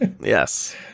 Yes